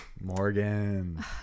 Morgan